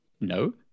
no